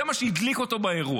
זה מה שהדליק אותו באירוע.